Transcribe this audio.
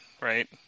Right